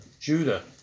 Judah